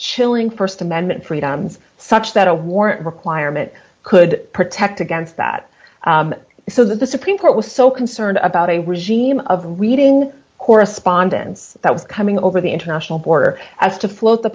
chilling st amendment freedoms such that a warrant requirement could protect against that so that the supreme court was so concerned about a regime of reading correspondence that was coming over the international border as to float the